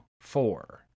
four